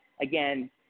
again